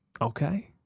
Okay